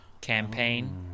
campaign